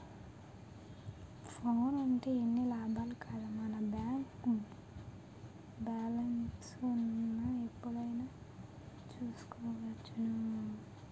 ఫోనుంటే ఎన్ని లాభాలో కదా మన బేంకు బాలెస్ను ఎప్పుడైనా చూసుకోవచ్చును